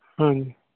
ਹਾਂਜੀ